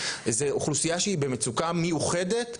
זו אוכלוסייה שהיא במצוקה מיוחדת,